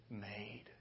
made